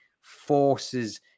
forces